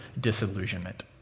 disillusionment